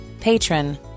Patron